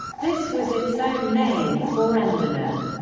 this was its own name, or endonym.